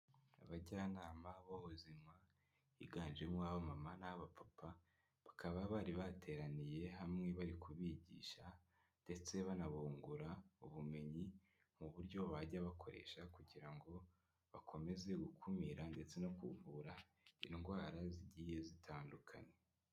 Abajyanama b'ubuzima, higanjemo abamama n'abapapa, bakaba bari bateraniye hamwe bari kubigisha ndetse banabungura ubumenyi, mu buryo bajya bakoresha kugira ngo bakomeze gukumira ndetse no kuvura indwara zigiye zitandukanye.